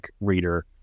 reader